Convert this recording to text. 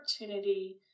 opportunity